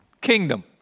Kingdom